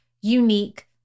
unique